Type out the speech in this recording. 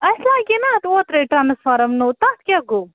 اَسہِ لاگے نا اتھ اوترے ٹرٛانسفارَم نوٚو تَتھ کیٛاہ گوٚو